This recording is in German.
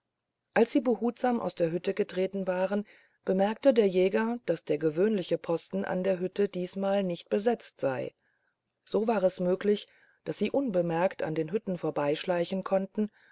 als sie behutsam aus der hütte getreten waren bemerkte der jäger daß der gewöhnliche posten an der hütte diesmal nicht besetzt sei so war es möglich daß sie unbemerkt an den hütten vorbeischleichen konnten